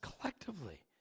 collectively